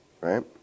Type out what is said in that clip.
right